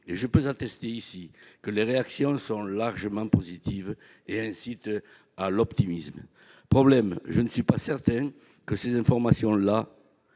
Et je puis attester ici que les réactions sont largement positives et qu'elles incitent à l'optimisme. Le problème, c'est que je ne suis pas certain que ces informations